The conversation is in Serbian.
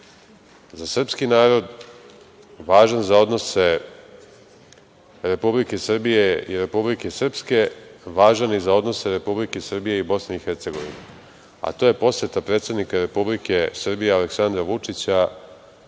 za srpski narod, važan za odnose Republike Srbije i Republike Srpske, važan i za odnose Republike Srbije i BiH, a to je poseta predsednika Republike Srbije Aleksandra Vučića